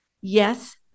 Yes